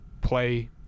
play